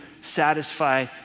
satisfy